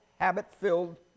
habit-filled